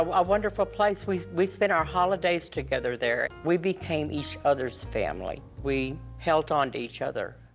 um a wonderful place. we we spent our holidays together there. we became each other's family. we held on to each other.